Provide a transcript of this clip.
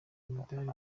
imidari